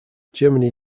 germany